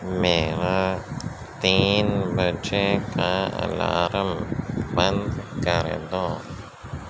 میرا تین بجے کا الارم بند کر دو